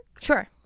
Sure